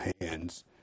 hands